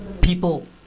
people